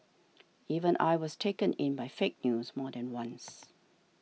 even I was taken in by fake news more than once